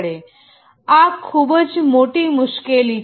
manual કાર્યની તુલનામાં આ ખૂબ જ મોટી મુશ્કેલી છે